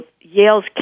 Yale's